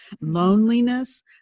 loneliness